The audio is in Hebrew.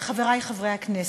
חברי חברי הכנסת,